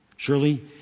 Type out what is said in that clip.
Surely